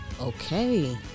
Okay